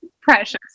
precious